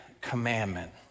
commandment